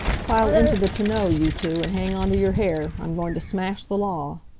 pile into the tonneau, you two, and hang on to your hair. i'm going to smash the law.